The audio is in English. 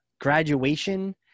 graduation